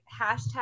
hashtag